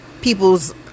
people's